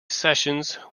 sessions